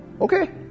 okay